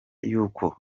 y’uko